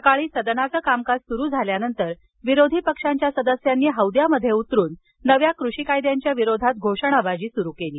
सकाळी सदनाचं कामकाज सुरू झाल्यानंतर विरोधी पक्षांच्या सदस्यांनी हौद्यामध्ये उतरून नव्या कृषीकायद्यांच्या विरोधात घोषणाबाजी सुरू केली